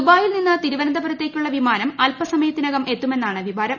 ദുബായിൽ നിന്ന് തിരുവനുന്ത്പുരത്തേയ്ക്കുള്ള വിമാനം അൽപ്പസമയത്തിനകം എത്തുമെന്നാണ് റ്റ്വിവരം